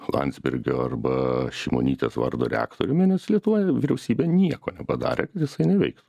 landsbergio arba šimonytės vardo reaktoriumi nes lietuvoj vyriausybė nieko nepadarė kad jisai neveiktų